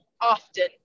often